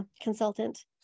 Consultant